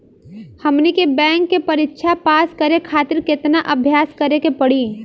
हमनी के बैंक के परीक्षा पास करे खातिर केतना अभ्यास करे के पड़ी?